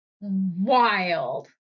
wild